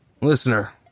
Listener